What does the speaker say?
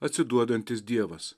atsiduodantis dievas